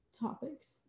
Topics